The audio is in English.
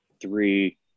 three